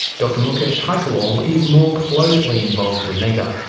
dr mukesh haikerwal is more closely involved with nehta,